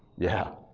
yeah,